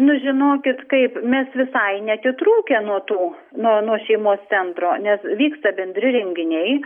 nu žinokit kaip mes visai neatitrūkę nuo tų nuo nuo šeimos centro nes vyksta bendri renginiai